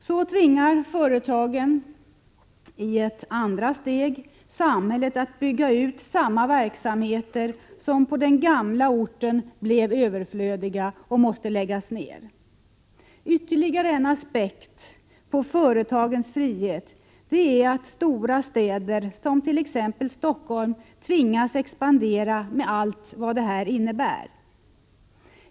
Så tvingar företagen, i ett andra steg, samhället att bygga ut samma verksamheter som på den gamla orten blev överflödiga och måste läggas ned. — Prot. 1986/87:129 Ytterligare en aspekt på företagens frihet är att stora städer, som t.ex. 22 maj 1987 Stockholm, tvingas expandera med allt vad det innebär.